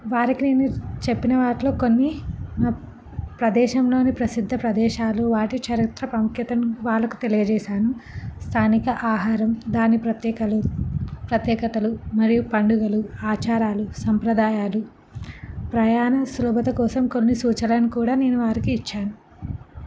వారికి నేను చెప్పిన వాటిలో కొన్ని మా ప్రదేశంలోని ప్రసిద్ధ ప్రదేశాలు వాటి చరిత్ర ప్రాముఖ్యత వాళ్ళకు తెలియజేేశాను స్థానిక ఆహారం దాని ప్రత్యేకలు ప్రత్యేకతలు మరియు పండుగలు ఆచారాలు సంప్రదాయాలు ప్రయాణ సులభత కోసం కొన్ని సూచనలను కూడా నేను వారికి ఇచ్చాను